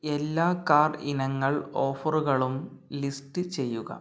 എല്ലാ കാർ ഇനങ്ങൾ ഓഫറുകളും ലിസ്റ്റ് ചെയ്യുക